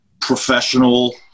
professional